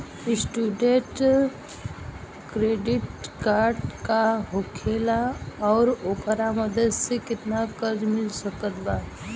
Student credit card का होखेला और ओकरा मदद से केतना कर्जा मिल सकत बा?